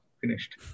finished